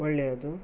ಒಳ್ಳೆಯದು